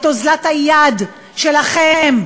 את אוזלת היד שלכם,